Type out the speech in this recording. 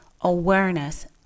awareness